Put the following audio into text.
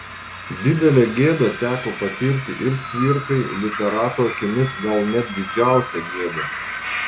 didelę gėdą teko patirti ir cvirkai literato akimis gal net didžiausią gėdą